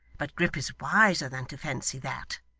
but grip is wiser than to fancy that.